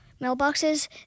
mailboxes